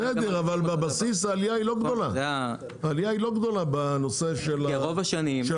אבל בבסיס העלייה היא לא גדולה בנושא של העופות.